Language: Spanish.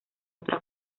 otra